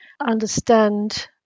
understand